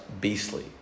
beastly